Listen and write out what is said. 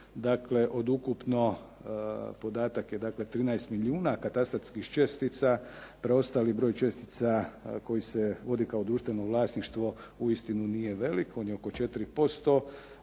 Dakle, od ukupno podatak je 13 milijuna katastarskih čestica, preostali broj čestica koji se vodi kao društveno vlasništvo uistinu nije velik. On je oko 4%,